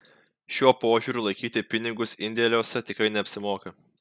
šiuo požiūriu laikyti pinigus indėliuose tikrai neapsimoka